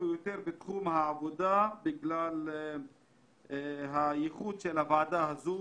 ביותר בתחום העבודה בשל ייחוד הוועדה הזאת.